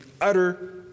utter